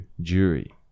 Jury